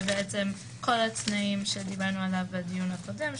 כל התנאים שדיברנו עליהם בדיון הקודם,